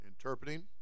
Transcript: interpreting